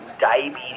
diabetes